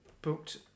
Booked